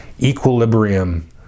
equilibrium